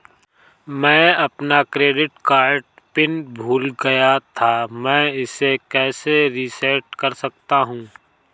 मैं अपना credit card PIN भूल गया था मैं इसे कैसे रीसेट कर सकता हूँ?